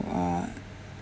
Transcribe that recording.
uh